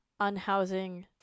unhousing